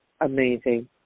Amazing